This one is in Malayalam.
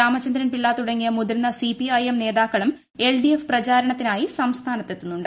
രാമചന്ദ്രൻ പിള്ള തുടങ്ങിയ മുതിർന്ന സിപിഐഎം നേതാക്കളും എൽഡിഎഫ് പ്രചാരണത്തിനായി സംസ്ഥാനത്തെത്തുന്നുണ്ട്